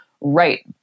right